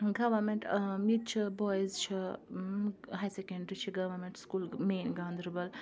government ییٚتہِ چھِ boys چھِ ہاے سیٚکنٛڈرٛی چھِ گورمیٚنٛٹ سکوٗل مین گاندربل